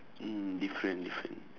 mm different different